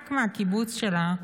רק מהקיבוץ שלה,